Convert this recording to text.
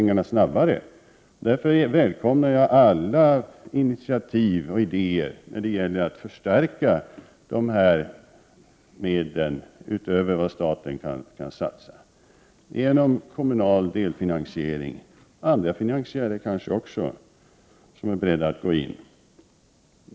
1988/89:106 välkomnar jag alla initiativ och idéer när det gäller att få fram mer pengar utöver dem som staten kan satsa, genom t.ex. kommunal delfinansiering. Andra finansiärer kanske också är beredda att gå in.